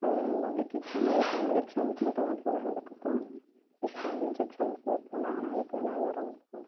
public exam அதுவும் தமிழ் எக்ஸாமுக்கு மட்டும்தான் போனேன் அதுக்கப்புறம் மிச்சம் அஞ்சு எக்ஸாமுக்குமே போகல ஆனால் எனக்கு விநாயகர் ரொம்ப